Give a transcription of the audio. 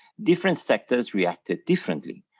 different sectors reacted differently.